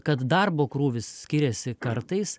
kad darbo krūvis skiriasi kartais